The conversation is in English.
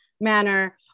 manner